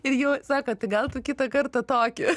ir ji sako gal tu kitą kartą tokį